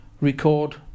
record